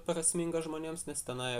prasminga žmonėms nes tenai